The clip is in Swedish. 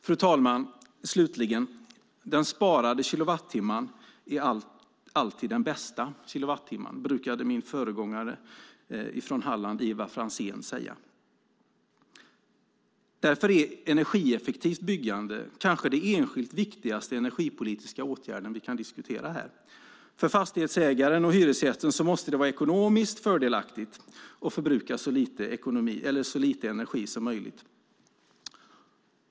Fru talman! Den sparade kilowattimmen är alltid den bästa, brukade min föregångare från Halland Ivar Franzén säga. Därför är energieffektivt byggande kanske den enskilt viktigaste energipolitiska åtgärden vi kan diskutera här. För fastighetsägaren och hyresgästen måste det vara ekonomiskt fördelaktigt att förbruka så lite energi som möjligt.